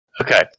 Okay